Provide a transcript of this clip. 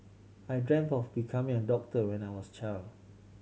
I dreamt of becoming a doctor when I was a child